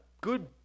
good